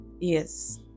yes